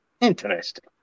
Interesting